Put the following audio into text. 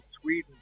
Sweden